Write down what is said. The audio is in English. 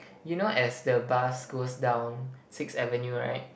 you know as the bus goes down Sixth Avenue right